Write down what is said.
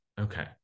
Okay